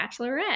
Bachelorette